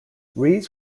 rees